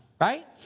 Right